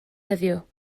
heddiw